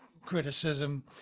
criticism